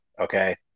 Okay